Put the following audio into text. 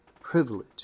privilege